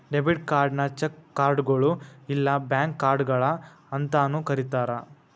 debit ಕಾರ್ಡ್ನ cheque ಕಾರ್ಡ್ಗಳು ಇಲ್ಲಾ ಬ್ಯಾಂಕ್ ಕಾರ್ಡ್ಗಳ ಅಂತಾನೂ ಕರಿತಾರ